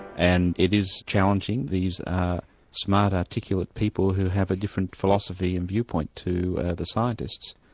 and it is challenging these are smart, articulate people who have a different philosophy and viewpoint to the scientists.